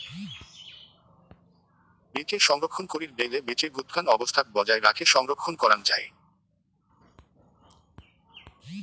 বীচি সংরক্ষণ করির গেইলে বীচি ভুতকান অবস্থাক বজায় রাখি সংরক্ষণ করাং যাই